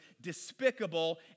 despicable